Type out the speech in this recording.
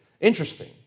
Interesting